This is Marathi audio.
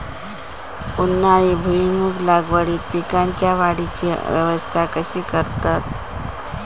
उन्हाळी भुईमूग लागवडीत पीकांच्या वाढीची अवस्था कशी करतत?